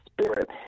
spirit